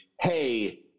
hey